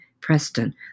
Preston